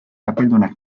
txapeldunak